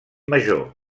major